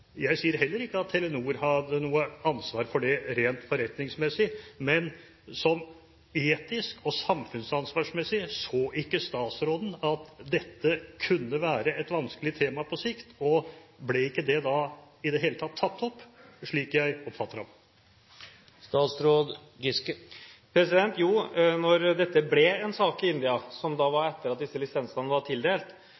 Jeg sier heller ikke at Telenor hadde noe ansvar for det rent forretningsmessig, men etisk og samfunnsansvarsmessig: Så ikke statsråden at dette kunne være et vanskelig tema på sikt? Og slik jeg oppfatter ham: Ble det ikke tatt opp i det hele tatt? Jo. Siden dette ble en sak i India, etter at disse lisensene var